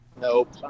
Nope